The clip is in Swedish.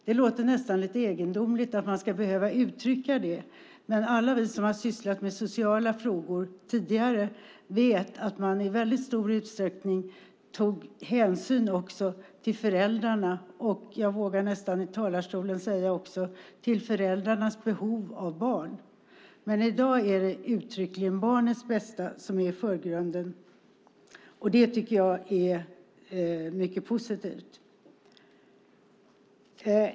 Det låter nästan lite egendomligt att man ska behöva uttrycka det, men alla vi som har sysslat med sociala frågor tidigare vet att man i väldigt stor utsträckning tog hänsyn också till föräldrarna och jag vågar nästan i talarstolen också säga till föräldrarnas behov av barn. I dag är det uttryckligen barnens bästa som är i förgrunden. Det tycker jag är mycket positivt.